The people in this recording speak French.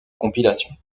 compilation